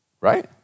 Right